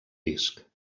disc